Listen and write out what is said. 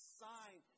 sign